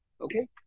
Okay